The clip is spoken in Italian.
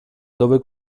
dove